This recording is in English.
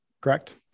Correct